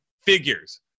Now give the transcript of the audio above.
figures